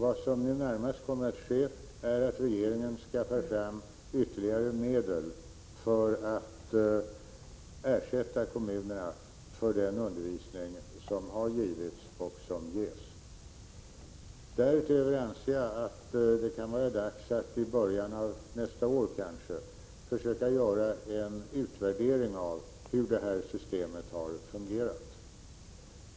Vad som nu närmast kommer att ske är att regeringen skaffar fram ytterligare medel för att ersätta kommunerna för den undervisning som har givits och som ges. Därutöver anser jag att det kan vara dags, kanske i början av nästa år, att försöka göra en utvärdering av hur systemet har fungerat.